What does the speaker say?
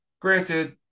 Granted